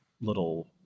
little